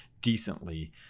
decently